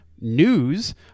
news